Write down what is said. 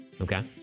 okay